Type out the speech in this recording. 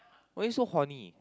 why you so horny